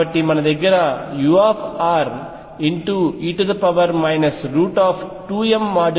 కాబట్టి మన దగ్గర ure 2mE2r ఉన్నది